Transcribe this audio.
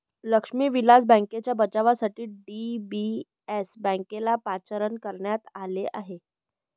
लक्ष्मी विलास बँकेच्या बचावासाठी डी.बी.एस बँकेला पाचारण करण्यात आले आहे